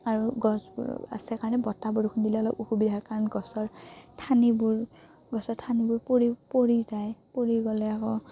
আৰু গছবোৰ আছে কাৰণে বতাহ বৰষুণ দিলে অলপ অসুবিধা হয় কাৰণ গছৰ ঠানিবোৰ গছৰ ঠানিবোৰ পৰি পৰি যায় পৰি গ'লে আকৌ